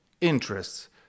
interests